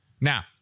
Now